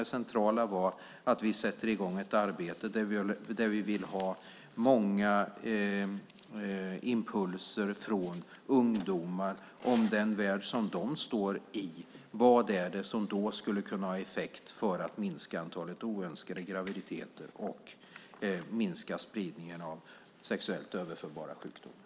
Det centrala var att vi sätter i gång ett arbete där vi vill ha många impulser från ungdomar om den värld som de står i. Vad skulle ha effekt för att minska antalet oönskade graviditeter och minska spridningen av sexuellt överförbara sjukdomar?